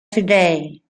today